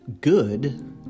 good